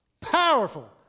Powerful